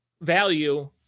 value